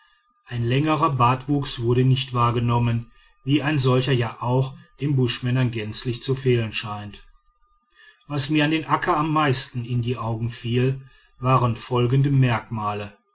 ein längerer bartwuchs wurde nicht wahrgenommen wie ein solcher ja auch den buschmännern gänzlich zu fehlen scheint was mir an den akka am meisten in die augen fiel waren folgende merkmale